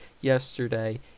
yesterday